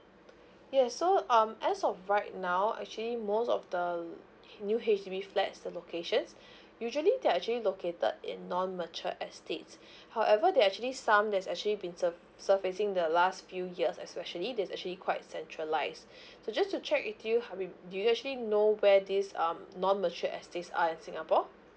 yes so um as of right now actually most of the l~ new H_D_B flats the locations usually they are actually located in non mature estates however there are actually some that's actually been surf~ surfacing the last few years especially that's actually quite centralised so just to check with you habib do you actually know where these um non mature estates are in singapore